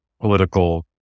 political